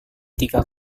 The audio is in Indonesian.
tiga